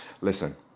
Listen